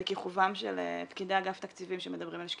בכיכובם של פקידי אגף תקציבים שמדברים על שקיפות,